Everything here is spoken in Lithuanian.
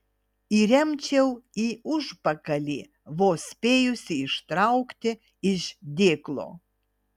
įremčiau į užpakalį vos spėjusi ištraukti iš dėklo